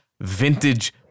vintage